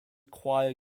choir